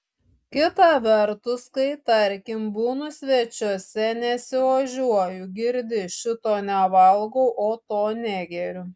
kita vertus kai tarkim būnu svečiuose nesiožiuoju girdi šito nevalgau o to negeriu